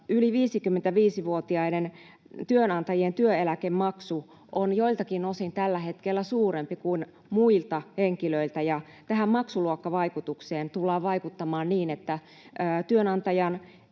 yli 55-vuotiaiden työnantajien työeläkemaksu on joiltakin osin tällä hetkellä suurempi kuin muilta henkilöiltä. Tähän maksuluokkavaikutukseen tullaan vaikuttamaan niin, että työnantajan